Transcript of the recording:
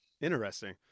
Interesting